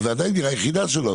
זו עדיין דירה יחידה שלו.